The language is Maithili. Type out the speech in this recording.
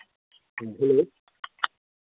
हँ हेलो